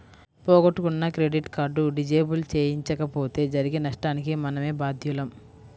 పోగొట్టుకున్న credit card disable చేయించకపోతే జరిగే నష్టానికి మనమే బాధ్యులం